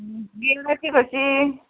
गियराची खंयची